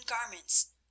garments